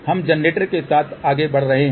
हम जनरेटर के साथ आगे बढ़ रहे हैं